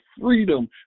freedom